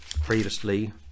previously